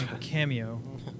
Cameo